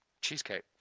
cheesecake